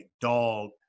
dog